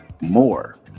more